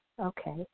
okay